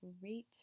great